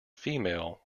female